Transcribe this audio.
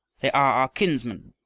they are our kinsmen.